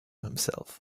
himself